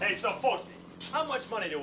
based on how much money